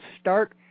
start